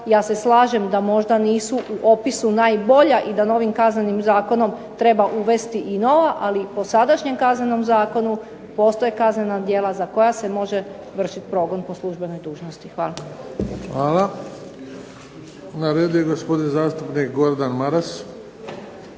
ja se slažem da možda nisu u opisu najbolja i da novim Kaznenim zakonom treba uvesti i nova, ali po sadašnjem Kaznenom zakonu postoje kaznena djela za koja se može vršiti progon po službenoj dužnosti. Hvala. **Bebić, Luka (HDZ)** Hvala. Na redu je gospodin zastupnik Gordan Maras.